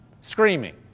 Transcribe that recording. screaming